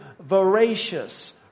voracious